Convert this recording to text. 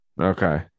Okay